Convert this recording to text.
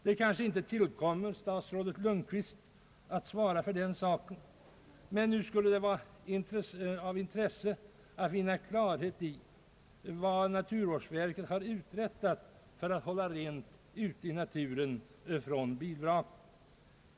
Det kanske inte tillkommer statsrådet Lundkvist att svara på den frågan, men nu skulle det vara av intresse att vinna klarhet i vad naturvårdsverket har uträttat för att hålla rent från bilvrak ute i naturen.